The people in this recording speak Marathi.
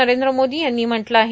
नरेंद्र मोदी यांनी म्हटलं आहे